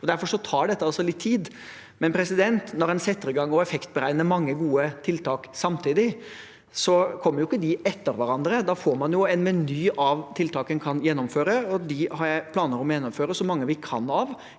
Derfor tar dette litt tid. Når man setter i gang å effektberegne mange gode tiltak samtidig, kommer de ikke etter hverandre. Da får man en meny av tiltak man kan gjennomføre, og dem har jeg planer om å gjennomføre så mange vi kan av,